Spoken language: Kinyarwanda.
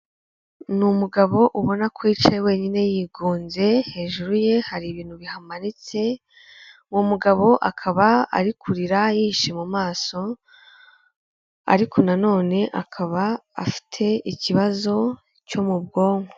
Ni umugabo ubona ko yicaye wenyine yigunze, hejuru ye hari ibintu bihamanitse, uwo mugabo akaba ari kurira yihishe mu maso, ariko nanone akaba afite ikibazo cyo mu bwonko.